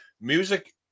music